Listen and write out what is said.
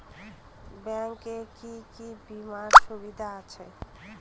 Bank এ কি কী বীমার সুবিধা আছে?